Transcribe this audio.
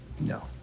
no